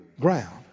ground